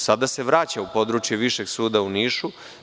Sada se vraća u područje Višeg suda u Nišu.